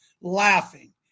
laughing